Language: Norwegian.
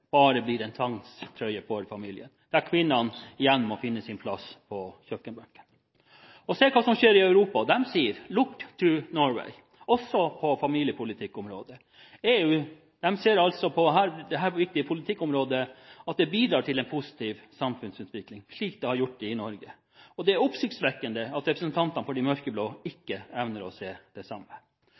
bare blir en tvangstrøye for familiene, der kvinnene igjen må finne sin plass ved kjøkkenbenken. Se hva som skjer i Europa, de sier: «Look to Norway!» også på familiepolitikkområdet. EU ser altså at dette viktige politikkområdet bidrar til en positiv samfunnsutvikling, slik det har gjort i Norge. Det er oppsiktsvekkende at representantene for de mørkeblå ikke evner å se det samme.